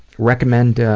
recommend, ah,